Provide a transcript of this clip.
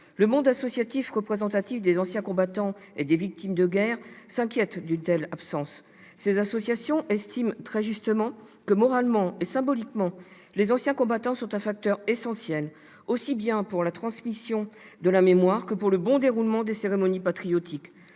Le monde associatif représentatif des anciens combattants et des victimes de guerre s'inquiète d'une telle absence. Ces associations estiment très justement que, moralement et symboliquement, les anciens combattants sont un facteur essentiel, aussi bien pour la transmission de la mémoire que pour le bon déroulement des cérémonies patriotiques.